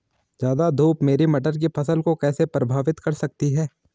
ज़्यादा धूप मेरी मटर की फसल को कैसे प्रभावित कर सकती है?